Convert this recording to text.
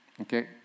Okay